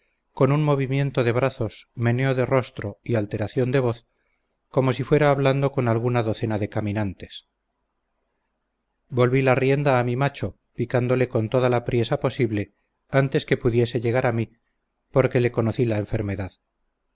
con un movimiento de brazos meneo de rostro y alteración de voz como si fuera hablando con alguna docena de caminantes volví la rienda a mi macho picándole con toda la priesa posible antes que pudiese llegar a mí porque le conocí la enfermedad